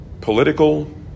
political